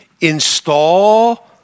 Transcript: install